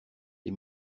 les